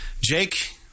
Jake